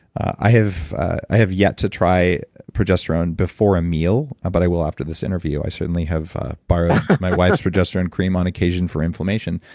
i have i have yet to try progesterone before a meal, but i will after this interview. i certainly have borrowed my wife's progesterone cream on occasion for inflammation,